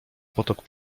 potok